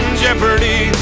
jeopardy